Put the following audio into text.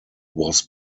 was